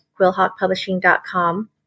quillhawkpublishing.com